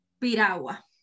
Piragua